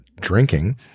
drinking